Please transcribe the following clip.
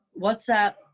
whatsapp